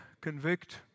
convict